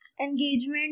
Engagement